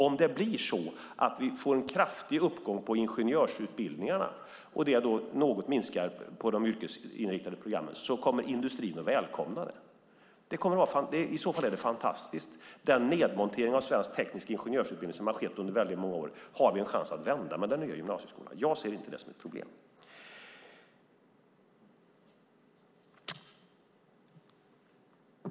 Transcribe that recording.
Om det blir så att vi får en kraftig uppgång på ingenjörsutbildningarna och det minskar något på de yrkesinriktade programmen kommer industrin att välkomna det. I så fall är det fantastiskt. Den nedmontering av svensk teknisk ingenjörsutbildning som har skett under väldigt många år har vi en chans att vända med den nya gymnasieskolan. Jag ser inte det som ett problem.